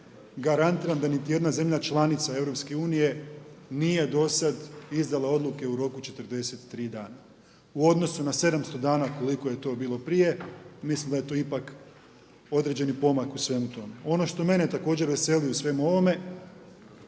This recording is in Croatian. garantiram da niti jedna zemlja članica EU nije do sada izdala odluke u roku od 43 dana u odnosu na 700 dana koliko je to bilo prije mislim da je to ipak određeni pomak u svemu tome. Ono što mene također veseli u svemu ovome